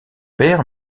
père